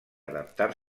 adaptar